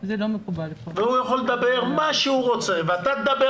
הוא יכול לדבר על מה שהוא רוצה ואתה תדבר